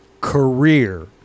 career